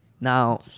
Now